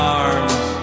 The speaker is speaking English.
arms